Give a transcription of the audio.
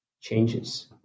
changes